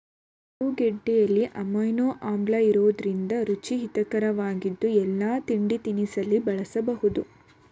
ಆಲೂಗೆಡ್ಡೆಲಿ amino ಆಮ್ಲಇರೋದ್ರಿಂದ ರುಚಿ ಹಿತರಕವಾಗಿದ್ದು ಎಲ್ಲಾ ತಿಂಡಿತಿನಿಸಲ್ಲಿ ಬಳಸ್ಬೋದು